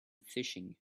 fishing